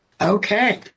Okay